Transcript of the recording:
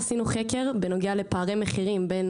עשינו חקר בנוגע לפערי מחירים בין